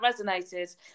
resonated